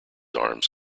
arms